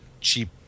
cheap